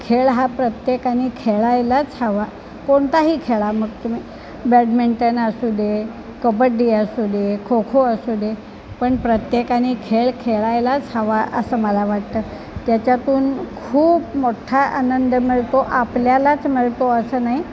खेळ हा प्रत्येकाने खेळायलाच हवा कोणताही खेळा मग तुम्ही बॅडमिंटन असू दे कबड्डी असू दे खो खो असू दे पण प्रत्येकाने खेळ खेळायलाच हवा असं मला वाटतं त्याच्यातून खूप मोठा आनंद मिळतो आपल्यालाच मिळतो असं नाही